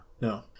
No